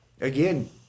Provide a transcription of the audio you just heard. again